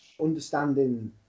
understanding